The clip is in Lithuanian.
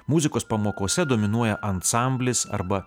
muzikos pamokose dominuoja ansamblis arba